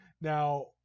now